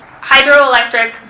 hydroelectric